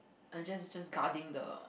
and just just guarding the